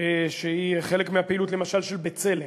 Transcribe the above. שהיא חלק מהפעילות למשל של "בצלם"